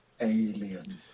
alien